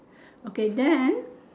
okay then